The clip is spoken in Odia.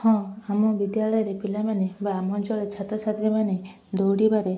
ହଁ ଆମ ବିଦ୍ୟାଳୟରେ ପିଲାମାନେ ବା ଆମ ଅଞ୍ଚଳରେ ଛାତ୍ର ଛାତ୍ରୀମାନେ ଦୌଡ଼ିବାରେ